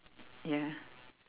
ya